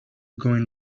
going